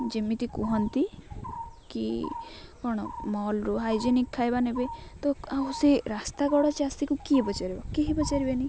ଯେମିତି କୁହନ୍ତି କି କ'ଣ ମଲ୍ରୁ ହାଇଜେନିକ୍ ଖାଇବା ନେବେ ତ ଆଉ ସେ ରାସ୍ତା କଡ଼ ଚାଷୀକୁ କିଏ ପଚାରିବ କେହି ପଚାରିବେନି